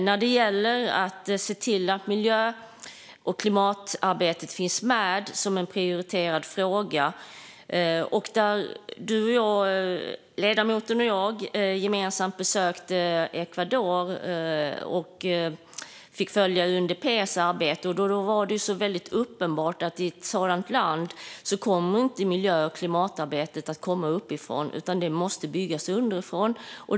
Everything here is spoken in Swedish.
När det gäller att se till att miljö och klimatarbetet finns med som en prioriterad fråga besökte ledamoten och jag gemensamt Ecuador, där vi fick följa UNDP:s arbete. Det var uppenbart att miljö och klimatarbetet i ett sådant land inte kommer att komma uppifrån utan måste byggas underifrån.